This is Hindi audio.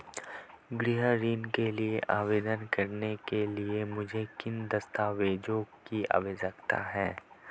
गृह ऋण के लिए आवेदन करने के लिए मुझे किन दस्तावेज़ों की आवश्यकता है?